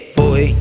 boy